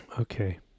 Okay